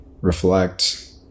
reflect